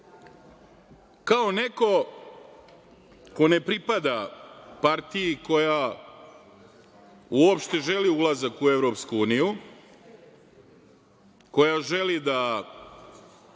Kao neko ko ne pripada partiji koja uopšte želi ulazak u EU, koja želi da